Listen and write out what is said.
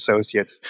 associates